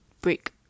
break